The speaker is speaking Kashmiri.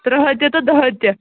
ترٕٛہَن تہِ تہٕ دَہن تہِ